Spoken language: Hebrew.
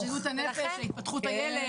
בריאות הנפש, התפתחות הילד.